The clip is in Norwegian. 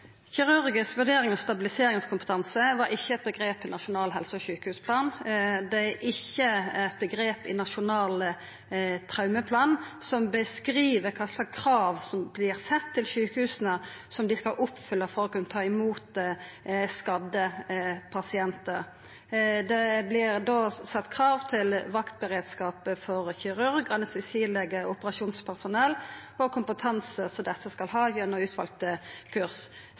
Kirurgisk vurdering og stabiliseringskompetanse var ikkje eit omgrep i Nasjonal helse- og sjukehusplan. Det er ikkje eit omgrep i Nasjonal traumeplan, som beskriv kva slags krav som blir sette til sjukehusa som dei skal oppfylla for å kunna ta imot skadde pasientar. Det vert då sett krav til vaktberedskap for kirurg, anestesilege og operasjonspersonell med omsyn til kompetanse som dei skal ha gjennom utvalde kurs.